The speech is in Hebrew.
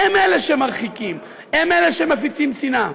הם אלה שמרחיקים, הם אלה שמפיצים שנאה.